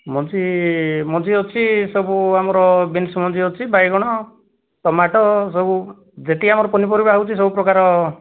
ମଞ୍ଜି ମଞ୍ଜି ଅଛି ସବୁ ଆମର ବିନ୍ସ ମଞ୍ଜି ଅଛି ବାଇଗଣ ଟମାଟୋ ସବୁ ଯେତିକି ଆମର ପନିପରିବା ହେଉଛି ସବୁ ପ୍ରକାର